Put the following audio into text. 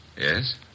Yes